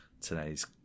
today's